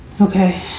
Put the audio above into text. Okay